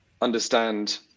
understand